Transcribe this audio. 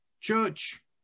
church